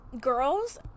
girls